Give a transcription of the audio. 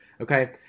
okay